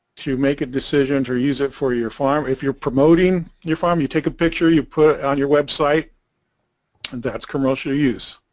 to make a decision to use it for your farm if you're promoting your farm you take a picture you put on your website and that's commercial use